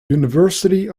university